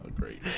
great